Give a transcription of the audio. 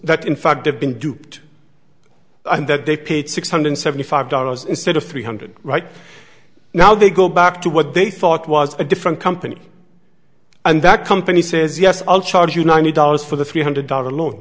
duped and that they paid six hundred seventy five dollars instead of three hundred right now they go back to what they thought was a different company and that company says yes i'll charge you ninety dollars for the three hundred dollar loan